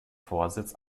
vorsitz